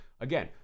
again